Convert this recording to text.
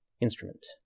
instrument